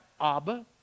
Abba